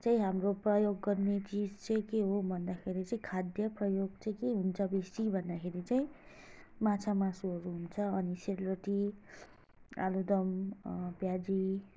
चाहिँ हाम्रो प्रयोग गर्ने चिज चाहिँ के हो भन्दाखेरि चाहिँ खाद्य प्रयोग चाहिँ के हुन्छ बेसी भन्दाखेरि चाहिँ माछा मासुहरू हुन्छ अनि सेलरोटी आलुदम प्याजी